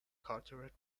carteret